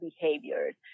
behaviors